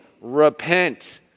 repent